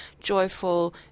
joyful